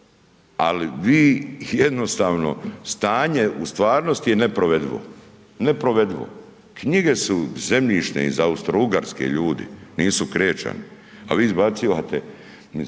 ali vi ih jednostavno, stanje u stvarnosti je nepovredivo, nepovredivo. Knjige su zemljišne iz Austro Ugarske ljudi, nisu krečani, a vi izbacivate,